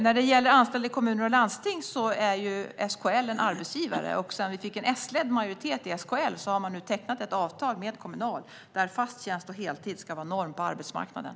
När det gäller anställda i kommuner och landsting är SKL en arbetsgivare, och sedan vi fick en S-ledd majoritet i SKL har man tecknat ett avtal med Kommunal där fast tjänst och heltid ska vara norm på arbetsmarknaden.